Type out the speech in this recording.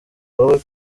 wowe